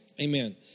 Amen